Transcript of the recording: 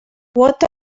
what